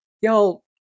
Y'all